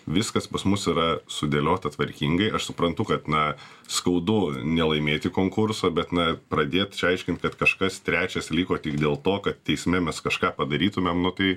viskas pas mus yra sudėliota tvarkingai aš suprantu kad na skaudu nelaimėti konkurso bet na pradėt čia aiškinti kad kažkas trečias liko tik dėl to kad teisme mes kažką padarytumėm tai